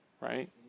right